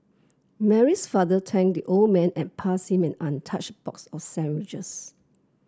Mary's father thanked the old man and passed him an untouched box of sandwiches